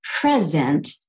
present